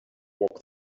walk